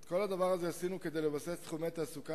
את כל הדבר הזה עשינו כדי לבסס תחומי תעסוקה